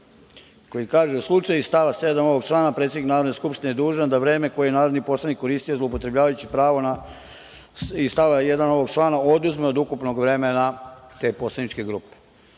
koji kaže – u slučaju iz stava 7. ovog člana predsednik Narodne skupštine je dužan da vreme koje je narodni poslanik koristio zloupotrebljavajući pravo iz stava 1. ovog člana oduzme od ukupnog vremena te poslaničke grupe.S